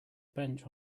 bench